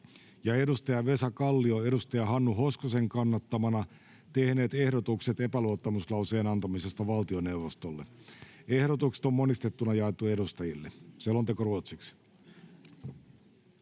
edustaja Vesa Kallio edustaja Hannu Hoskosen kannattamana tehneet ehdotukset epäluottamuslauseen antamisesta valtioneuvostolle. Ehdotukset on monistettuna jaettu edustajille. (Pöytäkirjan